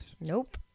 Nope